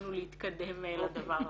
ניסינו להתקדם לדבר הבא.